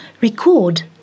record